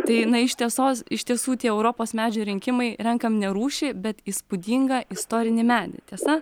tai na iš tiesos iš tiesų tie europos medžio rinkimai renkam ne rūšį bet įspūdingą istorinį medį tiesa